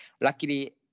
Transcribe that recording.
luckily